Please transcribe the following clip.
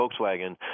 Volkswagen